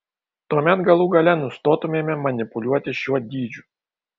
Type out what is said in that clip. tuomet galų gale nustotumėme manipuliuoti šiuo dydžiu